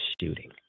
shooting